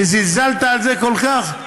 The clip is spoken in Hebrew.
שזלזלת בזה כל כך,